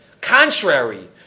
Contrary